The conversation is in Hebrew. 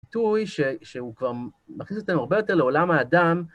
פיתוי שהוא כבר מכניס אותנו הרבה יותר לעולם האדם.